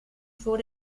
vor